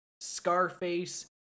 Scarface